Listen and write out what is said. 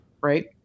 right